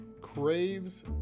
craves